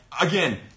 again